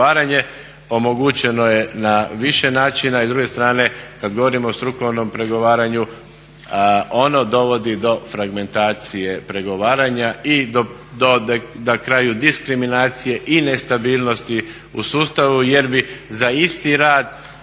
pregovaranje, omogućeno je na više načina. I s druge strane kad govorimo o strukovnom pregovaranju ono dovodi do fragmentacije pregovaranja i do na kraju diskriminacije i nestabilnosti u sustavu jer bi za isti rad